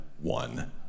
one